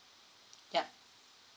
yup